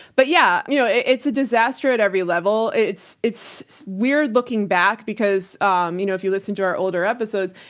but yeah, you know, it's a disaster at every level. it's it's weird looking back, because, um you know, if you listen to our older episodes,